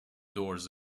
doors